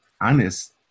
honest